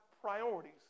priorities